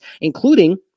including